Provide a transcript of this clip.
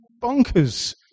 bonkers